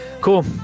cool